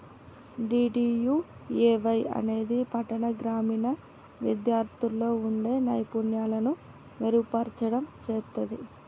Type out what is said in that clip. DDUAY అనేది పట్టాణ, గ్రామీణ విద్యార్థుల్లో వుండే నైపుణ్యాలను మెరుగుపర్చడం చేత్తది